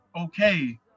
okay